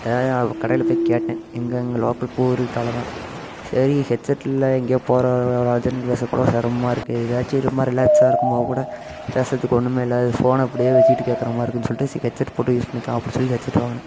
ஏதாவது கடையில் போய் கேட்டேன் எங்கெங்கே லோக்கல் பூர்விகாவில் தான் சரி ஹெட்செட் இல்லை எங்கேயோ போகிற வர வர அர்ஜென்டுக்கு பேசுறத்துகூட சிரமமா இருக்குது இதாச்சும் சும்மா ரிலாக்ஸாக இருக்கும் போது கூட பேசுறதுக்கு ஒன்றுமே இல்லாது ஃபோனை அப்படியே வெச்சுட்டு கேட்கிற மாதிரி இருக்குதுன்னு சொல்லிட்டு சி ஹெட்செட்டு போட்டு யூஸ் பண்ணிக்கலாம் அப்படினு சொல்லி ஹெட்செட் வாங்கினேன்